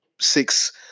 six